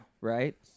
right